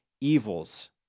evils